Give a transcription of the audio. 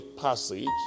passage